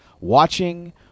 watching